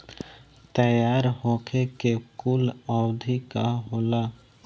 तैयार होखे के कूल अवधि का होला?